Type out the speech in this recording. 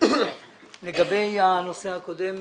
לגבי הנושא הקודם?